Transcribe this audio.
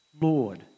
Lord